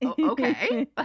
Okay